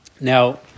Now